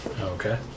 Okay